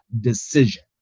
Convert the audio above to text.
decision